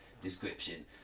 description